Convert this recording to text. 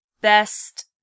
Best